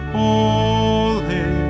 holy